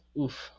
oof